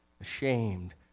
ashamed